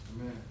Amen